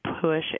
push